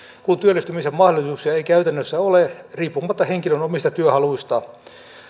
kun työllistymisen mahdollisuuksia ei käytännössä ole riippumatta henkilön omista työhaluista